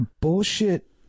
bullshit